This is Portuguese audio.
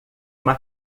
uma